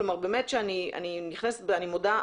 ואני מודה,